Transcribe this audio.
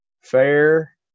fair